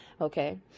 okay